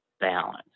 balance